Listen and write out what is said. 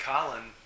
Colin